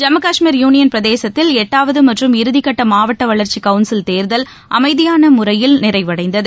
Jammu Kashmir union பிரதேசத்தில் எட்டாவது மற்றும் இறுதிகட்ட மாவட்ட வளர்ச்சி கவுன்சில் தேர்தல் அமைதியான முறையில் நிறைவடைந்தது